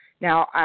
now